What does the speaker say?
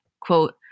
Quote